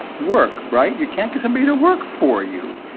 work, right? you can't get somebody to work for you.